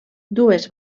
dues